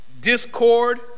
discord